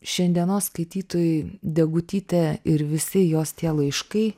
šiandienos skaitytojui degutytė ir visi jos tie laiškai